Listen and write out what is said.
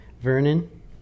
Vernon